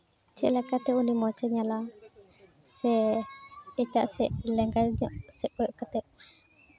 ᱪᱮᱫ ᱞᱮᱠᱟᱛᱮ ᱩᱱᱤ ᱢᱚᱡᱮ ᱧᱮᱞᱟ ᱥᱮ ᱮᱴᱟᱜ ᱥᱮᱫ ᱞᱮᱸᱜᱟ ᱧᱚᱜ ᱥᱮᱫ ᱠᱚᱭᱚᱜ ᱠᱟᱛᱮᱫ